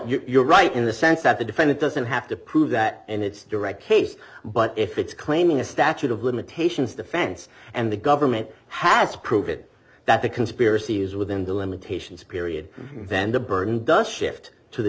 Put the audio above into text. you're right in the sense that the defendant doesn't have to prove that and it's direct case but if it's claiming a statute of limitations defense and the government has proven that the conspiracy is within the limitations period then the burden does shift to the